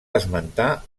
esmentar